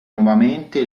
nuovamente